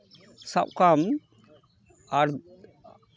ᱥᱟᱵ ᱠᱟᱢ ᱟᱴ